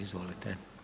Izvolite.